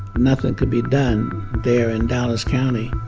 nothing could be done there in dallas county.